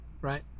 right